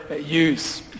use